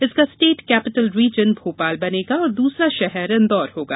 इसका state capital region Bhopal बनेगा और दूसरा शहर इंदौर होगा